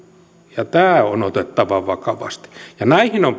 ja tämä on otettava vakavasti näihin on